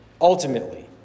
ultimately